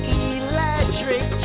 electric